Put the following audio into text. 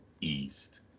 east